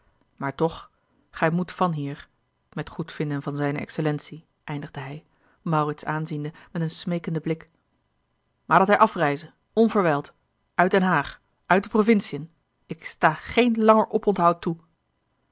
maar toch gij moet vanhier met goedvinden van zijne excellentie eindigde hij maurits aanziende met een smeekende blik maar dat hij afreize onverwijld uit den haag uit de provinciën ik sta geen langer oponthoud toe